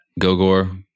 Gogor